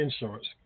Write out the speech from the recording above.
insurance